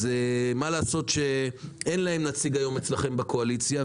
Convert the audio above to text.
אז מה לעשות שאין להם נציג היום אצלכם בקואליציה,